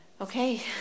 Okay